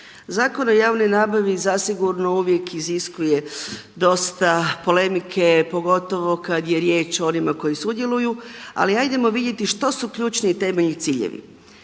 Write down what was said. Zakon o javnoj nabavi zasigurno uvijek iziskuje dosta polemike pogotovo kada je riječ o onima koji sudjeluju ali ajmo vidjeti što su ključni i temeljni ciljevi.